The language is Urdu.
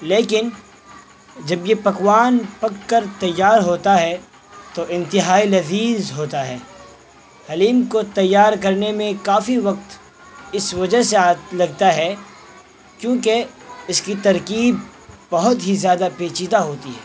لیکن جب یہ پکوان پک کر تیار ہوتا ہے تو انتہائی لذیذ ہوتا ہے حلیم کو تیار کرنے میں کافی وقت اس وجہ سے لگتا ہے کیونکہ اس کی ترکیب بہت ہی زیادہ پیچیدہ ہوتی ہے